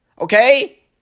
Okay